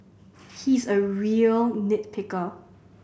he is a real nit picker